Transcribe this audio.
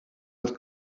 het